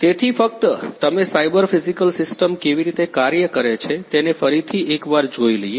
તેથી ફક્ત તમે સાયબર ફિજિકલ સિસ્ટમ કેવી રીતે કાર્ય કરે છે તેને ફરીથી એકવાર જોઈ લઈએ